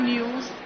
News